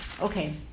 Okay